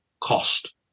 cost